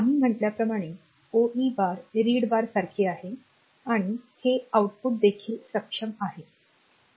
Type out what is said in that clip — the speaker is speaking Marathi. आम्ही म्हटल्याप्रमाणे ओई बार रीड बारसारखे आहे आणि हे आऊटपुट देखील सक्षम आहे